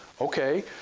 okay